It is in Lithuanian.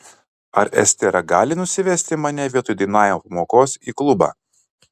ar estera gali nusivesti mane vietoj dainavimo pamokos į klubą